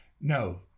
no